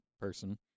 person